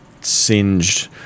singed